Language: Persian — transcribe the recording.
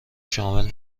شامل